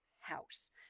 house